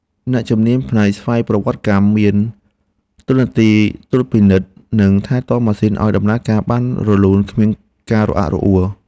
អ្នកជំនាញផ្នែកស្វ័យប្រវត្តិកម្មមានតួនាទីត្រួតពិនិត្យ និងថែទាំម៉ាស៊ីនឱ្យដំណើរការបានរលូនគ្មានការរអាក់រអួល។